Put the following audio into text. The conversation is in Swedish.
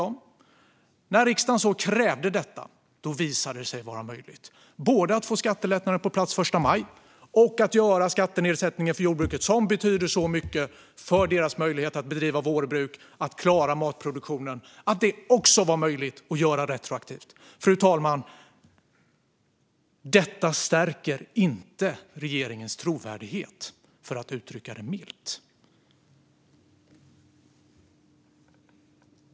Men när riksdagen krävde detta visade det sig vara möjligt både att få skattelättnaden på plats till den 1 maj och att göra skattenedsättningen retroaktiv för jordbruket, som betyder så mycket för vårbruket och matproduktionen. Fru talman, detta stärker inte regeringens trovärdighet, för att uttrycka det milt.